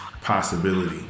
possibility